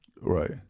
Right